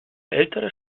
ältere